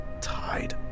tied